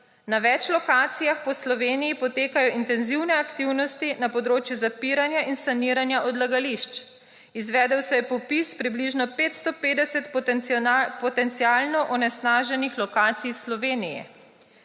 Na več lokacijah po Sloveniji potekajo intenzivne aktivnosti na področju zapiranja in saniranja odlagališč. Izvedel se je popis približno 550 potencialno onesnaženih lokacij v Sloveniji.